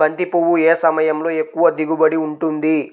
బంతి పువ్వు ఏ సమయంలో ఎక్కువ దిగుబడి ఉంటుంది?